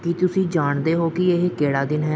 ਕੀ ਤੁਸੀਂ ਜਾਣਦੇ ਹੋ ਕਿ ਇਹ ਕਿਹੜਾ ਦਿਨ ਹੈ